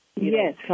Yes